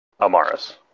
Amaris